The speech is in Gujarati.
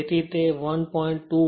તેથી તે 1